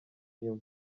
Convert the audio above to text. inyuma